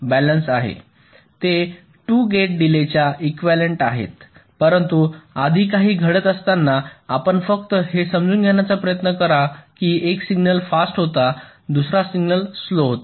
ते 2 गेट डीलेच्या एकवलेन्ट आहेत परंतु आधी काही घडत असताना आपण फक्त हे समजून घेण्याचा प्रयत्न करा की एक सिग्नल फास्ट होता दुसरा सिग्नल स्लो होता